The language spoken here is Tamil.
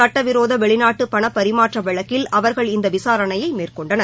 சட்டவிரோத வெளிநாட்டு பணப்பரிமாற்ற வழக்கில் அவர்கள் இந்த விசாரணையை மேற்கொண்டனர்